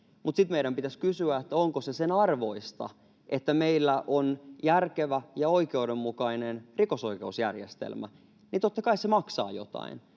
mutta sitten meidän pitäisi kysyä, onko se sen arvoista, että meillä on järkevä ja oikeudenmukainen rikosoikeusjärjestelmä. Totta kai se maksaa jotain